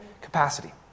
capacity